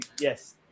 yes